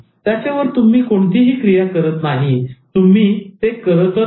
त्याच्यावर तुम्ही कोणतीही क्रिया करत नाही तुम्ही ते करतच नाही